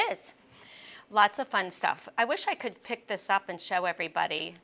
is lots of fun stuff i wish i could pick this up and show everybody